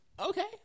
okay